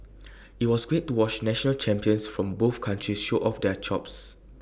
IT was great to watch national champions from both countries show off their chops